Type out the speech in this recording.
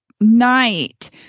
night